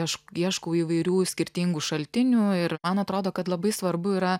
aš ieškau įvairių skirtingų šaltinių ir man atrodo kad labai svarbu yra